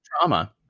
trauma